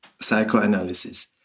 psychoanalysis